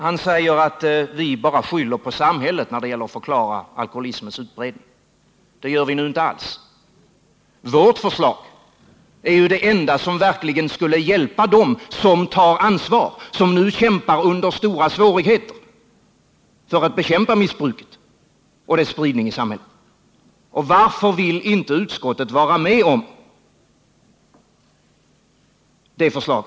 Han säger att vi bara skyller på samhället när det gäller att förklara alkoholismens utbredning. Det gör vi nu inte alls. Vårt förslag är ju det enda som verkligen hjälper dem som tar ansvar och som arbetar under stora svårigheter för att bekämpa missbruket och dess spridning i samhället. Varför vill utskottet inte vara med om vårt förslag?